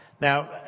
Now